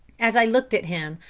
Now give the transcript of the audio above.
as i looked at him,